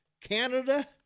Canada